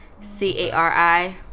C-A-R-I